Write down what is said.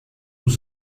nous